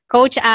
Coach